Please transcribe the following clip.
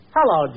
Hello